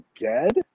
dead